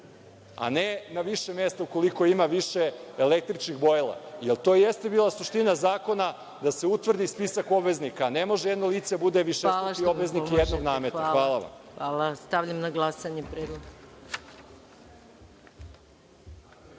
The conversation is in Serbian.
a ne na više mesta ukoliko ima više električnih brojila, jer to jeste bila suština zakona da se utvrdi spisak obveznika. Ne može jedno lice da bude višestruki obveznik jednog nameta. Hvala vam. **Maja Gojković** Hvala. Stavljam na glasanje